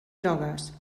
grogues